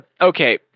okay